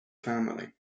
family